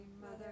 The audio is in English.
Mother